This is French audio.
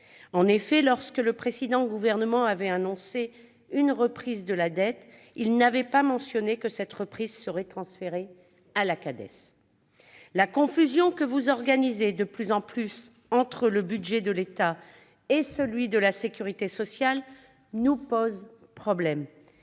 En effet, lorsque le précédent gouvernement avait annoncé une reprise de la dette, il n'avait pas mentionné que la dette reprise serait transférée à la Cades. La confusion que vous organisez, de plus en plus, entre le budget de l'État et celui de la sécurité sociale nous pose problème.